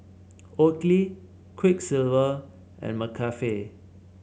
Oakley Quiksilver and McCafe